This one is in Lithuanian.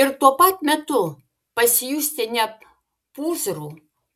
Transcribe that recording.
ir tuo pat metu pasijusti ne pūzru